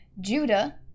Judah